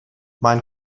mein